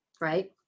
right